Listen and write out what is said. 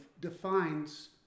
defines